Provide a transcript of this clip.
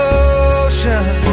ocean